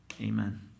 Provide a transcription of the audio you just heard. Amen